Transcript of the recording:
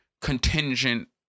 contingent